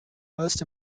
most